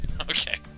Okay